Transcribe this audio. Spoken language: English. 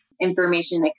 information